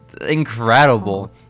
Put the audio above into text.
Incredible